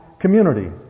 community